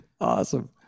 Awesome